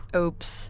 Oops